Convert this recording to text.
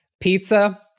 pizza